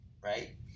right